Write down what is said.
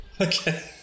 Okay